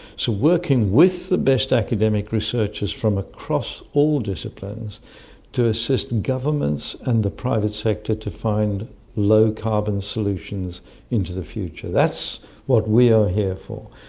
so working with the best academic researchers from across all disciplines to assist governments and the private sector to find low carbon solutions into the future. that's what we are here for.